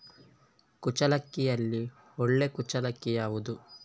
ಕುಚ್ಚಲಕ್ಕಿಯಲ್ಲಿ ಒಳ್ಳೆ ಕುಚ್ಚಲಕ್ಕಿ ಯಾವುದು?